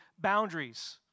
boundaries